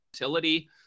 utility